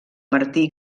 martí